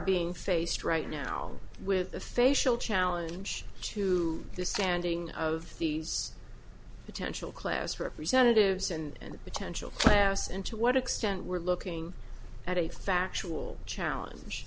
being faced right now with the facial challenge to the standing of these potential class representatives and the potential class and to what extent we're looking at a factual challenge